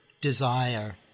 desire